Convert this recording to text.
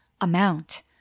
amount